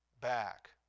back